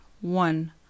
one